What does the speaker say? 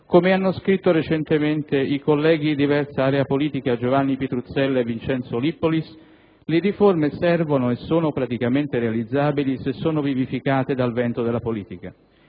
Come hanno scritto recentemente i colleghi di diversa area politica Giovanni Pitruzzella e Vincenzo Lippolis, «le riforme servono e sono praticamente realizzabili se sono vivificate dal vento della politica».